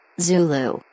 Zulu